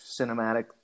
cinematic